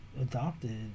adopted